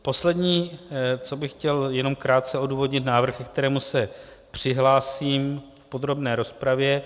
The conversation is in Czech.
Poslední, co bych chtěl jenom krátce odůvodnit, návrh, ke kterému se přihlásím v podrobné rozpravě.